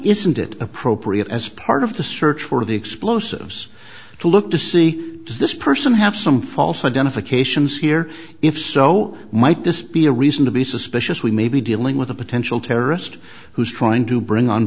isn't it appropriate as part of the search for the explosives to look to see does this person have some false identifications here if so might this be a reason to be suspicious we may be dealing with a potential terrorist who's trying to bring on